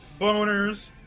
Boners